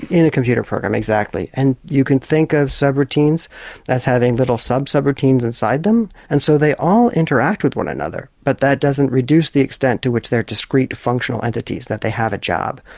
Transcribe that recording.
in a computer program, exactly, and you can think of sub-routines as having little sub-sub-routines inside them, and so they all interact with one another. but that doesn't reduce the extent to which they are discreet functional entities, that they have a job,